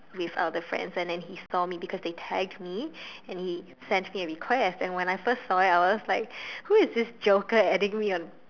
with other friends and then he saw me because they tagged me and he sent me a request and when I first saw it I was like who is this joker adding me on